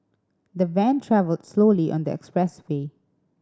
the van travelled slowly on the expressway